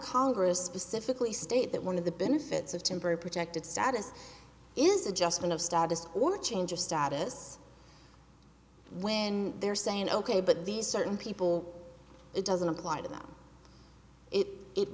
congress specifically state that one of the benefits of temporary protected status is adjustment of status or change of status when they're saying ok but these certain people it doesn't apply to them it it